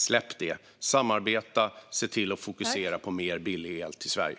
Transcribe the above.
Släpp det! Samarbeta och se till att fokusera på mer billig el till Sverige!